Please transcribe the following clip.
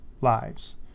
lives